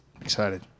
Excited